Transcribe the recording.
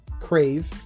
Crave